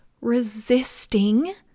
resisting